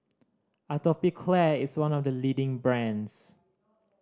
Atopiclair is one of the leading brands